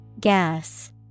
Gas